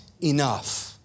enough